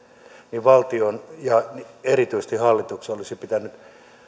niin valtion ja erityisesti hallituksen olisi pitänyt